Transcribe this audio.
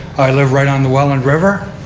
i live right on the welland river.